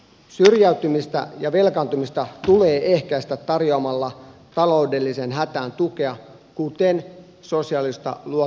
syrjäytymistä ja velkaantumista tulee ehkäistä tarjoamalla taloudelliseen hätään tukea kuten sosiaalista luototusta